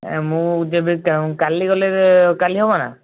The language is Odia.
ଏ ମୁଁ ଯେବେ କାଲି ଗଲେ କାଲି ହେବ ନା